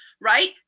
right